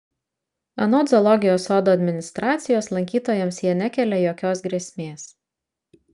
anot zoologijos sodo administracijos lankytojams jie nekelia jokios grėsmės